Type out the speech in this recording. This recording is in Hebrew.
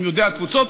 עם יהודי התפוצות,